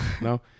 no